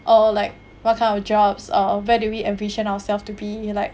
or like what kind of jobs uh where do we envision ourselves to be like